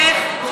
איך?